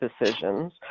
decisions